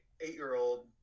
eight-year-old